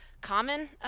common